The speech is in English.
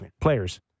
players